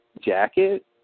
jacket